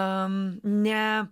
am ne